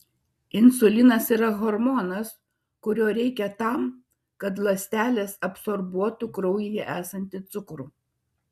insulinas yra hormonas kurio reikia tam kad ląstelės absorbuotų kraujyje esantį cukrų